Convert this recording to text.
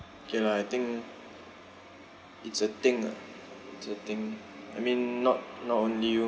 K lah I think it's a thing ah it's a thing I mean not not only you